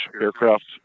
aircraft—